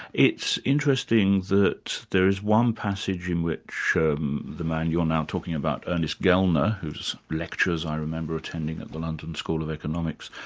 it's interesting that there is one passage in which the man you're now talking about, ernest gellner whose lectures i remember attending at the london school of economics,